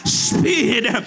speed